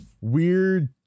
weird